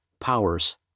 powers